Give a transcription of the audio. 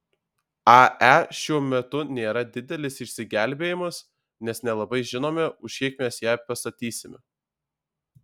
ae šiuo metu nėra didelis išsigelbėjimas nes nelabai žinome už kiek mes ją pastatysime